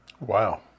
Wow